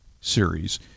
series